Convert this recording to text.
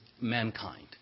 mankind